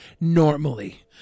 normally